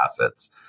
assets